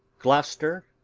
gloucester,